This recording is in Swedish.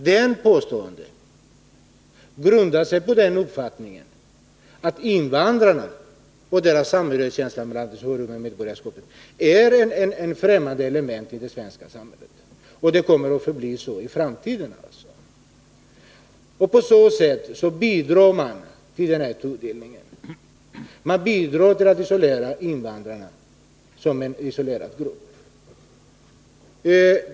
Detta påstående grundar sig på uppfattningen att invandrarna — oavsett deras känsla av samhörighet med landet och alldeles oberoende av medborgarskapet — är ett ffrämmande element i det svenska samhället och kommer att förbli så i framtiden. På så sätt bidrar man till en tudelning. Man bidrar till att isolera invandrarna som en grupp för sig.